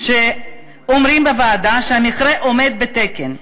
אומרים בוועדה שהמכרה עומד בתקן.